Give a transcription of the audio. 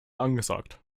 angesagt